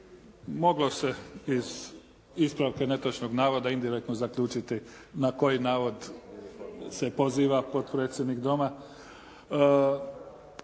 Moglo se iz ispravke netočnog navoda indirektno zaključiti na koji navod se poziva potpredsjednik Doma.